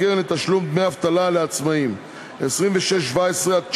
קרן לתשלום דמי אבטלה לעצמאים); 26(17) (19),